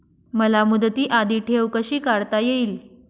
मला मुदती आधी ठेव कशी काढता येईल?